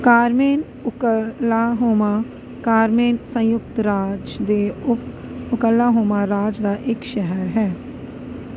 Carmen Oklahoma Carmen ਸੰਯੁਕਤ ਰਾਜ ਦੇ ਓਕ ਓਕਲਾਹੋਮਾ ਰਾਜ ਦਾ ਇੱਕ ਸ਼ਹਿਰ ਹੈ